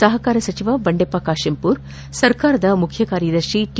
ಸಹಕಾರ ಸಚಿವ ಬಂಡೆಪ್ಪ ಕಾಶೆಂಪೂರ್ ಸರ್ಕಾರದ ಮುಖ್ಯ ಕಾರ್ಯದರ್ಶಿ ಟಿ